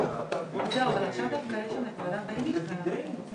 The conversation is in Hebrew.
יש פה שנאה עצמית בקמפיין שלהם,